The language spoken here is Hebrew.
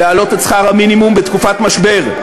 להעלות את שכר המינימום בתקופת משבר,